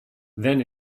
then